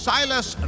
Silas